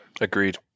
agreed